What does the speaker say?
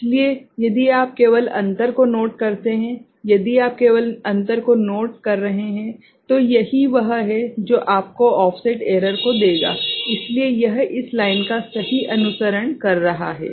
इसलिए यदि आप केवल अंतर को नोट करते हैं यदि आप केवल अंतर को ठीक से नोट करते हैं तो यही वह है जो आपको ऑफसेट एरर को देगा क्योंकि यह इस लाइन का सही अनुसरण कर रहा है